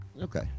Okay